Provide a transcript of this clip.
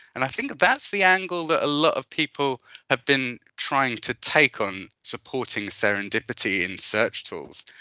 and i think that that's the angle that a lot of people have been trying to take on supporting serendipity in search tools.